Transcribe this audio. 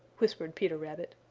whispered peter rabbit,